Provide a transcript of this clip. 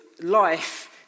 life